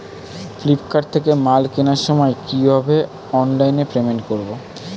Flipkart থেকে মাল কেনার সময় কিভাবে অনলাইনে পেমেন্ট করব?